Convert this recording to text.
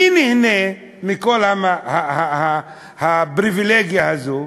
מי נהנה מכל הפריבילגיה הזאת?